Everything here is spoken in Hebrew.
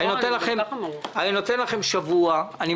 אני נותן לכם שבוע.